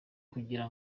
kugira